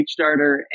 Kickstarter